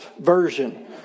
version